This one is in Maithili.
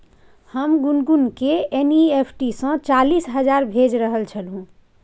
हम गुनगुनकेँ एन.ई.एफ.टी सँ चालीस हजार भेजि रहल छलहुँ